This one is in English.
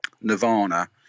Nirvana